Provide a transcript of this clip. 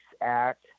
act